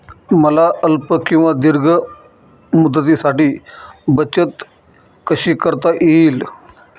मला अल्प किंवा दीर्घ मुदतीसाठी बचत कशी करता येईल?